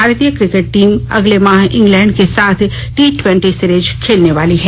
भारतीय cricket team अगले माह इंग्लैंड के साथ टी ट्वेंटी सीरीज खेलने वाली है